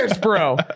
bro